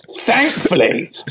thankfully